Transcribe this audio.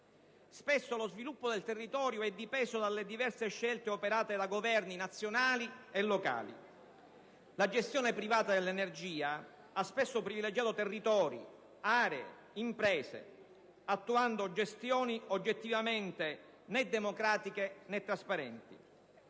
Spesso, lo sviluppo del territorio è dipeso dalle diverse scelte operate dai Governi nazionali e locali: la gestione privata dell'energia ha spesso privilegiato territori, aree, imprese, attuando gestioni oggettivamente né democratiche, né trasparenti.